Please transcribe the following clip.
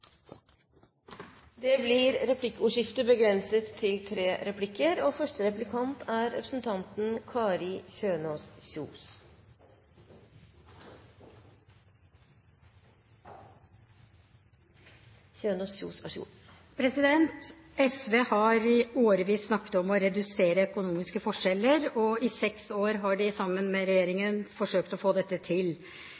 Det blir replikkordskifte. SV har i årevis snakket om å redusere økonomiske forskjeller, og i seks år har de sammen med